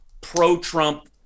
pro-Trump